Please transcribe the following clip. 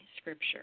scripture